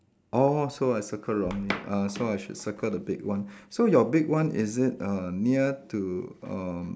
oh so I circle wrongly uh so I should circle the big one so your big one is it uh near to um